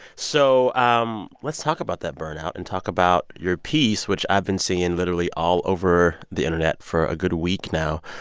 so um let's talk about that burnout and talk about your piece, which i've been seeing, literally, all over the internet for a good week now.